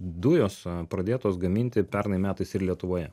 dujos pradėtos gaminti pernai metais ir lietuvoje